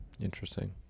Interesting